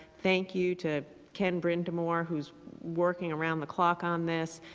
thank you to ken brindemore who is working around the clock on this.